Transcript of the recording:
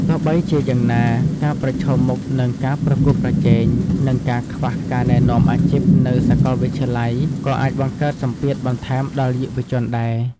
ទោះបីជាយ៉ាងណា ការប្រឈមមុខនឹងការប្រកួតប្រជែង និងការខ្វះការណែនាំអាជីពនៅសាកលវិទ្យាល័យក៏អាចបង្កើតសម្ពាធបន្ថែមដល់យុវជនដែរ។